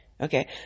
Okay